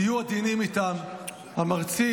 תהיו עדינים איתם המרצים,